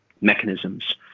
mechanisms